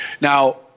Now